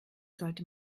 sollte